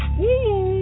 woo